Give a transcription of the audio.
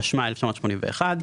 התשמ"א-1981.